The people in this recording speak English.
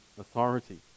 authority